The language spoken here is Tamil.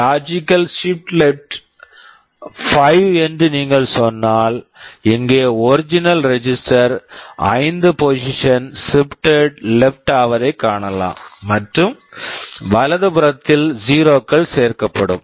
logical shift left logical shift left 5 என்று நீங்கள் சொன்னால் இங்கே original register original register 5 positions positions shifted left shifted left ஆவதை காணலாம் மற்றும் வலதுபுறத்தில் 0 க்கள் சேர்க்கப்படும்